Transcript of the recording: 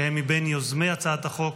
שהם מיוזמי הצעת החוק,